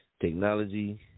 technology